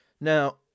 Now